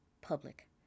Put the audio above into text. public